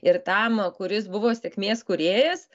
ir tam kuris buvo sėkmės kūrėjas